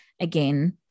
again